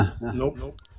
Nope